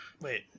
Wait